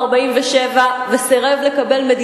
מובן שזה לא מספיק וצריך יותר.